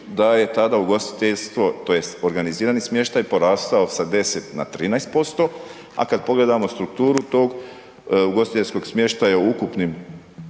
da je tada ugostiteljstvo tj. organizirani smještaj poraso sa 10 na 13%, a kad pogledamo strukturu tog ugostiteljskog smještaja u ukupnim